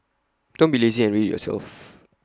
don't be lazy and read IT yourself